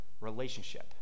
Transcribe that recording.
relationship